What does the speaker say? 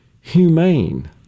humane